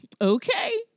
okay